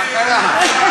מה קרה?